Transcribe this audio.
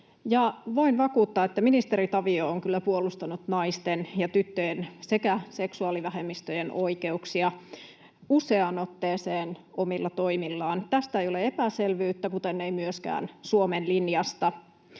voin vakuuttaa, että ministeri Tavio on kyllä puolustanut naisten ja tyttöjen sekä seksuaalivähemmistöjen oikeuksia useaan otteeseen omilla toimillaan. Tästä ei ole epäselvyyttä, kuten ei myöskään Suomen linjasta.